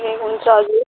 ए हुन्छ हजुर